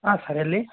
ಹಾಂ ಸರ್ ಎಲ್ಲಿ